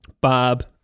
Bob